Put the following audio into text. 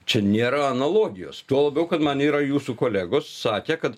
čia nėra analogijos tuo labiau kad man yra jūsų kolegos sakė kad